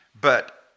But-